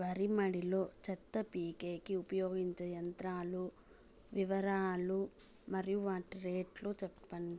వరి మడి లో చెత్త పీకేకి ఉపయోగించే యంత్రాల వివరాలు మరియు వాటి రేట్లు చెప్పండి?